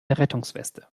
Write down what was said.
rettungsweste